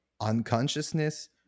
unconsciousness